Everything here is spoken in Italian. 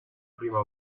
prima